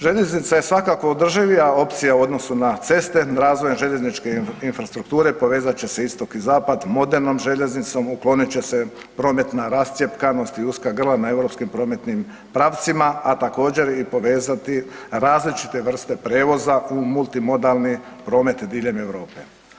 Željeznica je svakako održivija opcija u odnosu na ceste, razvojem željezničke infrastrukture povezat će se istok i zapad modernom željeznicom, uklonit će se prometna rascjepkanosti i uska grla na europskim prometnim pravcima, a također, povezati različite vrste prijevoza u multimodalni promet diljem Europe.